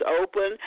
open